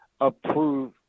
approve